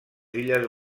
illes